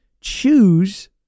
choose